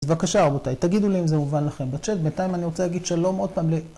אז בבקשה רבותיי, תגידו לי אם זה מובן לכם בצ'אט, בינתיים אני רוצה להגיד שלום עוד פעם ל...